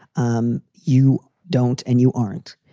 um you don't and you aren't.